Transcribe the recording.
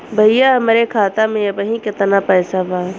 भईया हमरे खाता में अबहीं केतना पैसा बा?